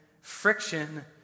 friction